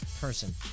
person